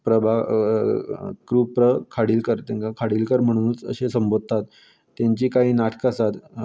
प्रभा कृ प्र खाडीलकर तेंकां खाडीलकर म्हणुनूच अशें संबोदतात तेंची कांय नाटकां आसात